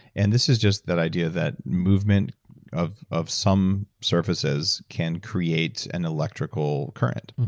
and this is just that idea that movement of of some surfaces can create an electrical current.